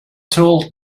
told